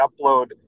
upload